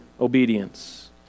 obedience